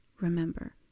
remember